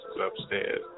upstairs